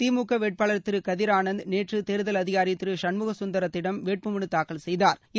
திமுக வேட்பாளா் திரு கதிா் ஆனந்த் நேற்று தோ்தல் அதிகாரி திரு சண்முக சுந்தரத்திடம் வேட்பு மனு தாக்கல் செய்தாா்